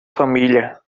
família